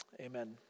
Amen